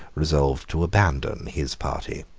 resolved to abandon his party.